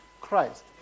Christ